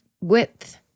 width